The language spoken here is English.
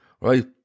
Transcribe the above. Right